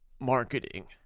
marketing